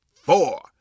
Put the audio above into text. four